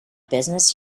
business